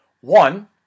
one